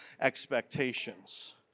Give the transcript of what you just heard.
expectations